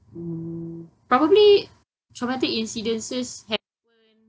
um probably traumatic incidences happen